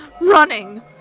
running